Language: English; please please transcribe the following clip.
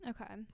okay